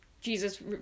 Jesus